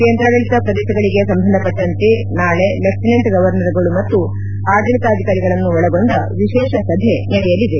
ಕೇಂದ್ರಾಡಳಿತ ಪ್ರದೇಶಗಳಿಗೆ ಸಂಬಂಧಪಟ್ಟಂತೆ ನಾಳೆ ಲೆಫ್ಟಿನೆಂಟ್ ಗೌರ್ವರ್ಗಳು ಮತ್ತು ಆಡಳಿತಾಧಿಕಾರಿಗಳನ್ನೊಳಗೊಂಡ ವಿಶೇಷ ಸಭೆ ನಡೆಯಲಿದೆ